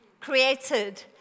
created